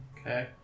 Okay